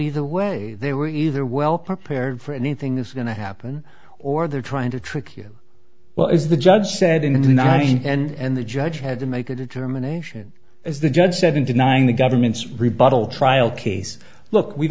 either way they were either well prepared for anything that's going to happen or they're trying to trick you what is the judge said in the nineteen and the judge had to make a determination as the judge said in denying the government's rebuttal trial case look we've